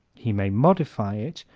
he may modify it,